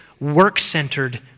work-centered